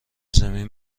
زمین